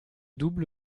double